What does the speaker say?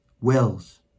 Wills